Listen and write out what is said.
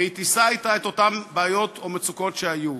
והיא תישא אתה את אותן בעיות או מצוקות שהיו,